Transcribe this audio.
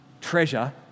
treasure